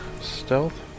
Stealth